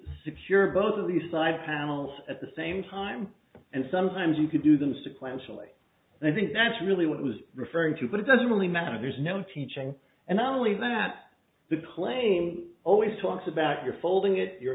secure both of these side panels at the same time and sometimes you could do them sequentially and i think that's really what it was referring to but it doesn't really matter there's no teaching and not only that the plane always talks about your folding it you're